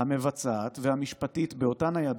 המבצעת והמשפטית, באותן הידיים,